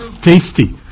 tasty